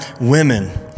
women